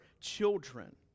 children